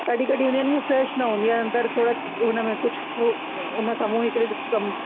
कॾहिं कॾहिं हूंदी आहिनि ईअं फ़्रेश न हूंदी आहिनि अंदरि थोरा उनमें कुझु हू उनखां मूं हिकिड़े ॾींहं